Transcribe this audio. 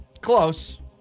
Close